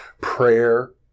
prayer